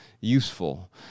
useful